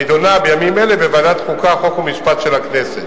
אני שמעתי, חבר הכנסת.